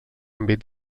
àmbit